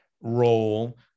role